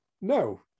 No